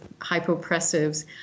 hypopressives